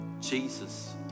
Jesus